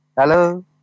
Hello